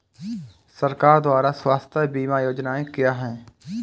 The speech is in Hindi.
सरकार द्वारा स्वास्थ्य बीमा योजनाएं क्या हैं?